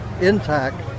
intact